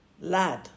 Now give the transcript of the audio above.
lad